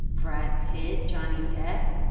brad pitt, johnny depp.